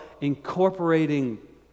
incorporating